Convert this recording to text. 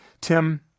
Tim